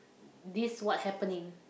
this what happening